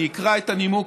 אני אקרא את הנימוק,